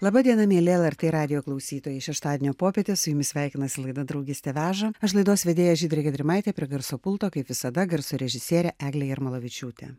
laba diena mieli lrt radijo klausytojai šeštadienio popietę su jumis sveikinasi laida draugystė veža aš laidos vedėja žydrė gedrimaitė prie garso pulto kaip visada garso režisierė eglė jarmolavičiūtė